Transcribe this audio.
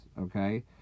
okay